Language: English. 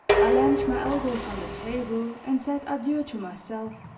i leaned my elbows on the table and said adieu to myself.